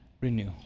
renew